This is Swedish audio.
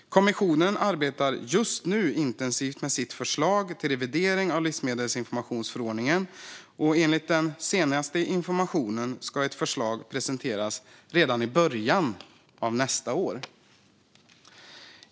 Kommissionen arbetar just nu intensivt med sitt förslag till revidering av livsmedelsinformationsförordningen. Enligt den senaste informationen ska ett förslag presenteras redan i början av nästa år.